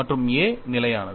மற்றும் A நிலையானது